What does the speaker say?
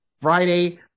Friday